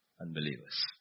unbelievers